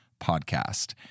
Podcast